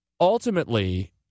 Ultimately